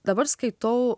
dabar skaitau